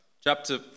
chapter